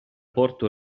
porto